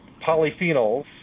polyphenols